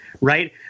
right